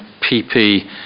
PP